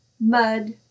Mud